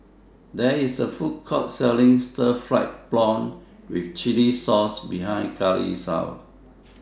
There IS A Food Court Selling Stir Fried Prawn with Chili Sauce behind Karlee's House